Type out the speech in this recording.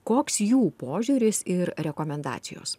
koks jų požiūris ir rekomendacijos